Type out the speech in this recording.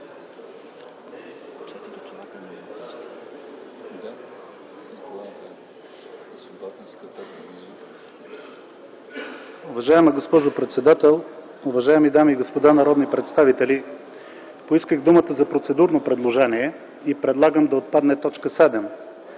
Уважаема госпожо председател, уважаеми дами и господа народни представители! Поисках думата за процедурно предложение и предлагам да отпадне т. 7